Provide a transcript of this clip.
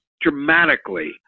dramatically